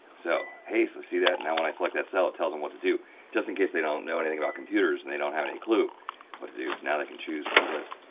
so hey so you see that. now when i select that cell, it tells them what to do just in case they don't know anything about computers and they don't have any clue what to do. so now they can choose from a list.